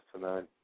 tonight